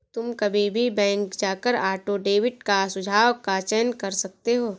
तुम कभी भी बैंक जाकर ऑटो डेबिट का सुझाव का चयन कर सकते हो